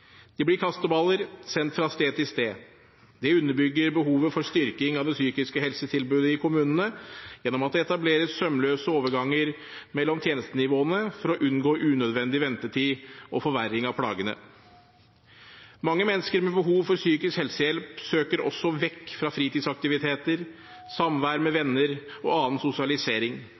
De blir kasteballer, sendt fra sted til sted. Det underbygger behovet for styrking av det psykiske helsetilbudet i kommunene gjennom at det etableres sømløse overganger mellom tjenestenivåene for å unngå unødvendig ventetid og forverring av plagene. Mange mennesker med behov for psykisk helsehjelp søker også vekk fra fritidsaktiviteter, samvær med venner og annen sosialisering.